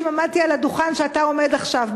עמדתי על הדוכן שאתה עומד עליו עכשיו,